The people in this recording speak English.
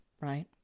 right